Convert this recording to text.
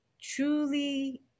truly